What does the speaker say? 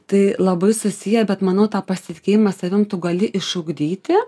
tai labai susiję bet manau tą pasitikėjimą savim tu gali išugdyti